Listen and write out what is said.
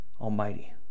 Almighty